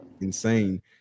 insane